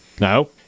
No